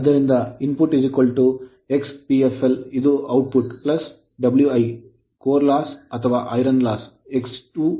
ಆದ್ದರಿಂದ input X Pfl ಇದು output Wi the core loss ಅಥವಾ iron loss X2 Wc